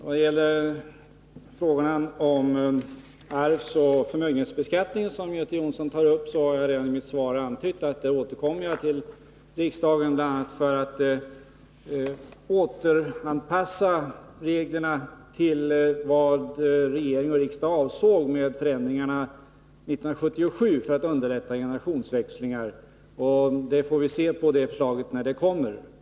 Herr talman! När det gäller frågan om arvsoch förmögenhetsbeskattningen, som Göte Jonsson tar upp, har jag redan i mitt svar antytt att jag återkommer till riksdagen bl.a. för att återanpassa reglerna till vad regering och riksdag avsåg med förändringarna 1977 och för att underlätta generationsväxlingar. Det förslaget får vi diskutera när det kommer.